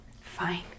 Fine